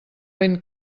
ben